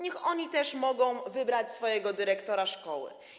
Niech oni też mogą wybrać swojego dyrektora szkoły.